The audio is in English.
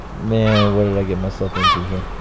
man, what did i get myself into here?